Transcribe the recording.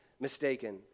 mistaken